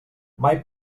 mai